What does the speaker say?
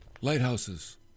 Lighthouses